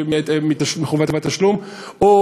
הציבור מחובת תשלום בחופים,